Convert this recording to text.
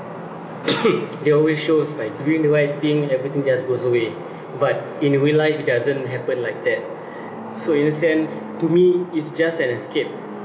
they always show by doing the right thing everything just goes away but in real life it doesn't happen like that so in a sense to me it's just an escape